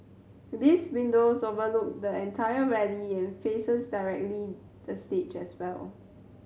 these windows overlook the entire rally and faces directly the stage as well